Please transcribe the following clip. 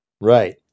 Right